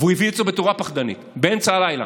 והוא הביא את זה בצורה פחדנית, באמצע הלילה,